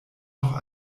noch